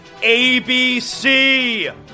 ABC